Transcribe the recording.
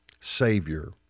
Savior